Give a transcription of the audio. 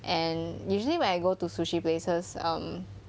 and usually when I go to sushi places um